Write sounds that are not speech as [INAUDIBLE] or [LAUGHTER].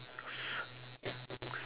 [NOISE]